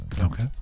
Okay